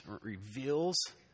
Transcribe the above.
reveals